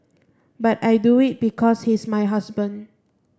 but I do it because he's my husband